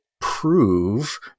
prove